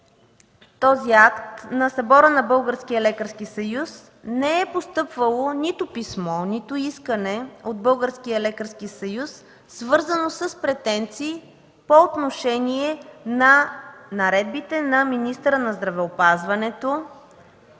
този акт на събора на Българския лекарски съюз не е постъпвало нито писмо, нито искане от Българския лекарски съюз, свързано с претенции по отношение на наредбите на министъра на здравеопазването,